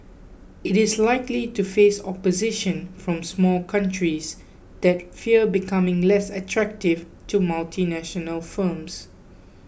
it is likely to face opposition from small countries that fear becoming less attractive to multinational firms